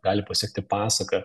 gali pasekti pasaką